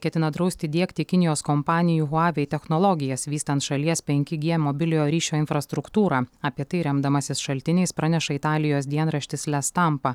ketina drausti diegti kinijos kompanijų huawei technologijas vystant šalies penki g mobiliojo ryšio infrastruktūrą apie tai remdamasis šaltiniais praneša italijos dienraštis la stampa